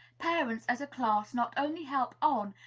parents, as a class, not only help on,